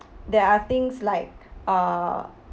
there are things like uh